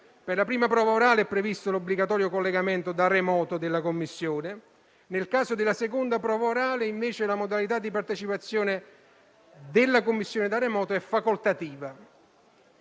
Per la prima prova orale è previsto l'obbligatorio collegamento da remoto della commissione. Nel caso della seconda prova orale, invece, la modalità di partecipazione della commissione da remoto è facoltativa.